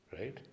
Right